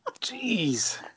jeez